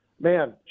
man